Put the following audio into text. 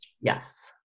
Yes